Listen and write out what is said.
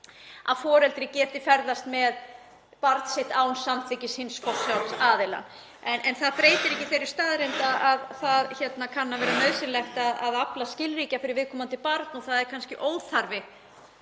að foreldri geti ferðast með barn sitt án samþykkis hins forsjáraðilans. Það breytir þó ekki þeirri staðreynd að það kann að vera nauðsynlegt að afla skilríkja fyrir viðkomandi barn og það er kannski óþarfi